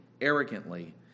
arrogantly